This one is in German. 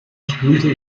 spielte